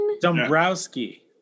Dombrowski